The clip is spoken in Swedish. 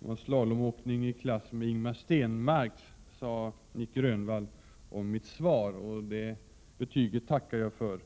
Det var slalomåkning i klass med Ingemar Stenmarks, sade Nic Grönvall om mitt svar. Det betyget tackar jag för.